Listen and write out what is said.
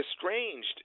estranged